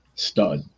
stud